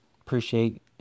appreciate